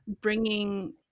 bringing